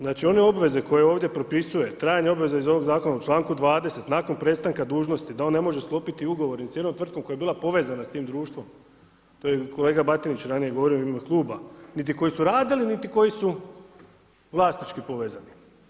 Znači one obveze koje ovdje propisuje, trajanja obveza iz ovog zakona u članku 20. nakon prestanka dužnosti da on ne može sklopiti ugovor nit s jednom tvrtkom koja je bila povezana s tim društvom, to je kolega Batinić ranije govorio u ime kluba, niti koji su radili, niti koji su vlasnički povezani.